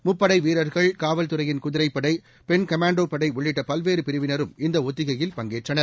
முப்படை வீரர்கள் காவல்துறையிள் குதிரைப்படை பெண் கமாண்டோ படை உள்ளிட்ட பல்வேறு பிரிவினரும் இந்த ஒத்திகையில் பங்கேற்றனர்